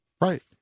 Right